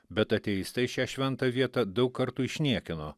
bet ateistai šią šventą vietą daug kartų išniekino